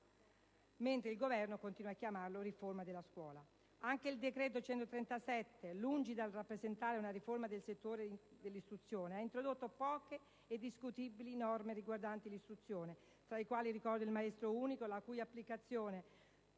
mentre il Governo continua a chiamarlo riforma della scuola. Anche il decreto-legge n. 137 del 2008, lungi dal rappresentare una riforma del settore dell'istruzione, ha introdotto poche e discutibili norme riguardanti l'istruzione primaria, fra le quali ricordo la reintroduzione del maestro unico, la cui applicazione